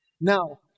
Now